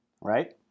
right